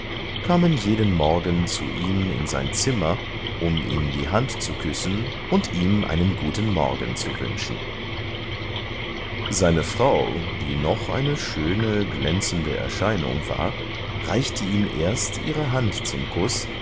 kamen jeden morgen zu ihm in sein zimmer um ihm die hand zu küssen und ihm einen guten morgen zu wünschen seine frau die noch eine schöne glänzende erscheinung war reichte ihm erst ihre hand zum kuß